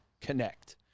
connect